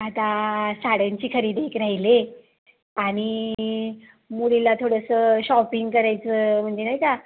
आता साड्यांची खरेदी एक राहिली आहे आणि मुलीला थोडंसं शॉपिंग करायचं म्हणजे नाही का